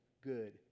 good